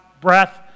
breath